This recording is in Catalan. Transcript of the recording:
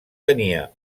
tenia